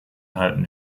halten